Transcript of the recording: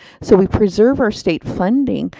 so we preserve our state funding,